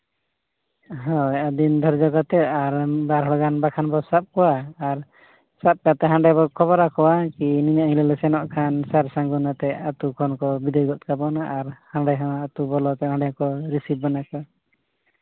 ᱦᱳᱭ ᱫᱤᱱ ᱫᱷᱟᱨᱡᱚ ᱠᱟᱛᱮ ᱟᱨ ᱵᱟᱨ ᱦᱚᱲ ᱜᱟᱱ ᱵᱟᱠᱷᱟᱱ ᱫᱚ ᱥᱟᱵ ᱠᱚᱣᱟ ᱟᱨ ᱥᱟᱵ ᱠᱟᱛᱮ ᱦᱟᱸᱜ ᱵᱚᱱ ᱠᱷᱳᱵᱚᱨ ᱠᱚᱣᱟ ᱱᱤᱭᱟᱹ ᱦᱤᱞᱳᱜ ᱞᱮ ᱥᱮᱱᱚᱜ ᱠᱷᱟᱱ ᱥᱟᱨ ᱥᱟᱹᱜᱩᱱ ᱟᱛᱮᱜ ᱟᱛᱳ ᱠᱷᱚᱱ ᱠᱚ ᱵᱤᱫᱟᱹᱭ ᱜᱚᱫ ᱠᱟᱵᱚᱱ ᱢᱟ ᱟᱨ ᱦᱟᱸᱰᱮ ᱦᱚᱸ ᱟᱛᱳ ᱵᱚᱞᱚᱛᱮ ᱚᱸᱰᱮ ᱠᱚ ᱨᱤᱥᱤᱵᱷ ᱵᱚᱱᱟ ᱠᱚ